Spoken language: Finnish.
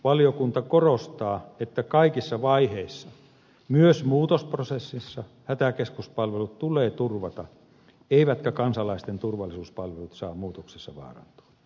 valiokunta korostaa että kaikissa vaiheissa myös muutosprosessissa hätäkeskuspalvelut tulee turvata eivätkä kansalaisten turvallisuuspalvelut saa muutoksessa vaarantua